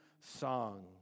song